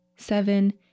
seven